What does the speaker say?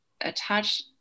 attach